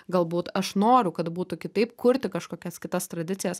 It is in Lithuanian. galbūt aš noriu kad būtų kitaip kurti kažkokias kitas tradicijas